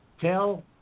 Tell